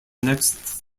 next